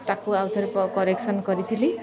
ତାକୁ ଆଉ ଥରେ କରେକ୍ସନ୍ କରିଥିଲି